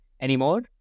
anymore